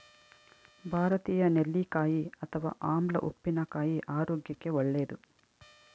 ಭಾರತೀಯ ನೆಲ್ಲಿಕಾಯಿ ಅಥವಾ ಆಮ್ಲ ಉಪ್ಪಿನಕಾಯಿ ಆರೋಗ್ಯಕ್ಕೆ ಒಳ್ಳೇದು